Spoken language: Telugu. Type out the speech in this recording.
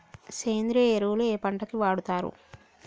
సేంద్రీయ ఎరువులు ఏ పంట కి వాడుతరు?